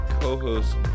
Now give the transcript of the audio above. co-host